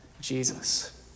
Jesus